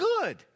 good